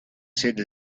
sede